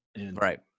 Right